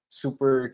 super